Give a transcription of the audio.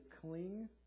cling